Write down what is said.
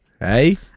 Hey